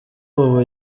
ubu